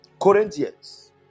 Corinthians